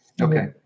Okay